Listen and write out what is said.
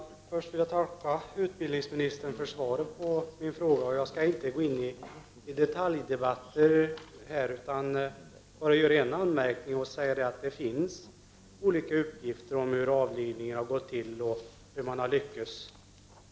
Herr talman! Först vill jag tacka utbildningsministern för svaret på min fråga. Jag skall inte gå in i någon detaljdebatt här, utan bara göra en anmärkning och säga att det finns olika uppgifter om hur avlivningen har gått till och hur den har lyckats.